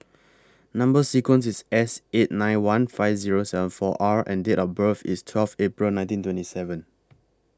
Number sequence IS S eight nine one five Zero seven four R and Date of birth IS twelve April nineteen twenty seven